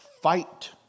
fight